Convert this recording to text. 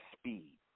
speed